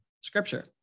scripture